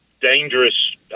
dangerous